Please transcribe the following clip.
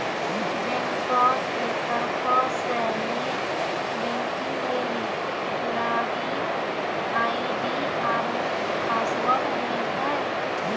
बैंको के तरफो से नेट बैंकिग लेली लागिन आई.डी आरु पासवर्ड मिलतै